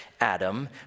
Adam